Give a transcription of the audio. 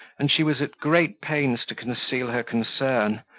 and she was at great pains to conceal her concern,